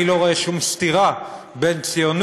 אני לא רואה שום סתירה בין ציונות